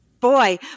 boy